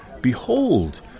Behold